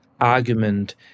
argument